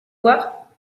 voir